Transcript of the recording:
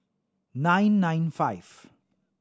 nine nine five